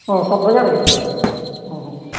ᱚᱻ ᱥᱚᱵᱽ ᱵᱟᱡᱟᱨ ᱨᱮᱜᱮ ᱛᱚᱵᱮ ᱚᱼᱦᱚ